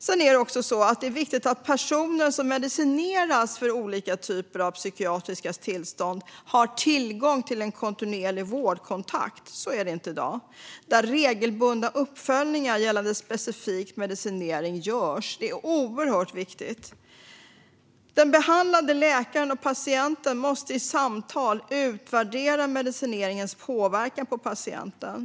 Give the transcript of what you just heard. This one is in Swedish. Sedan är det viktigt att personer som medicineras för olika typer av psykiatriska tillstånd har tillgång till en kontinuerlig vårdkontakt, där regelbundna uppföljningar gällande specifik medicinering görs, men så är det inte i dag. Detta är oerhört viktigt. Den behandlande läkaren och patienten måste i samtal utvärdera medicineringens påverkan på patienten.